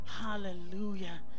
hallelujah